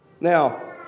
Now